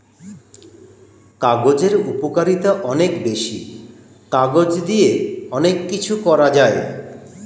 কাগজের উপকারিতা অনেক বেশি, কাগজ দিয়ে অনেক কিছু করা যায়